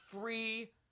free